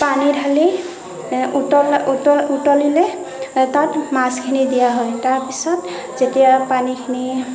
পানী ঢালি উতল উতল উতলিলে তাত মাছখিনি দিয়া হয় তাৰ পিছত যেতিয়া পানীখিনি